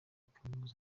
kaminuza